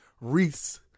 Reese